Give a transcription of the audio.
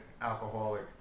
alcoholic